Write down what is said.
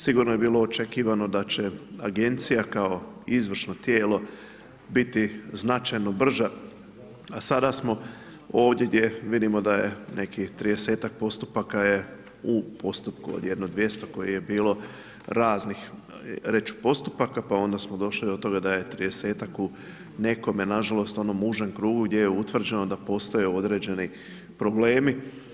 Sigurno je bilo očekivano da će agencija kao izvršno tijelo biti značajno brža, a sada smo ovdje gdje vidimo da nekih 30 postupaka je u postupku od jedno 200 kojih je bilo raznih reć ću postupaka, pa onda smo došli do toga da je 30-tak nekome u nažalost onom užem krugu gdje je utvrđeno da postoje određeni problemi.